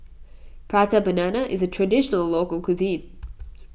Prata Banana is a Traditional Local Cuisine